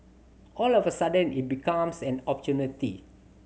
all of a sudden it becomes an opportunity